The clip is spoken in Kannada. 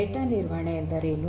ಡೇಟಾ ನಿರ್ವಹಣೆ ಎಂದರೇನು